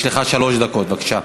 יש לך שלוש דקות, בבקשה.